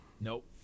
Nope